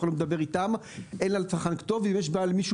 אף אחד לא מדבר איתם אלא רק אם יש למישהו